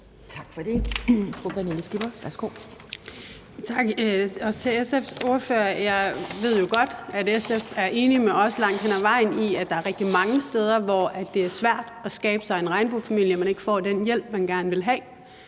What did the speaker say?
Tak for det.